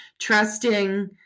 trusting